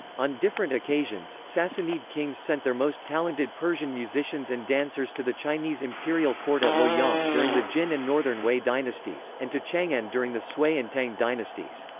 on different occasions, sassanid kings sent their most talented persian musicians and dancers to the chinese imperial court at luoyang during the jin and northern wei dynasties, and to chang'an during the sui and tang dynasties.